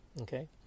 okay